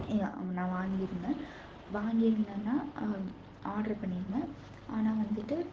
நான் வாங்கியிருந்தேன் வாங்கியிருந்தேன்னா ஆட்ரு பண்ணியிருந்தேன் ஆனால் வந்துட்டு